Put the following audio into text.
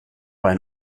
ein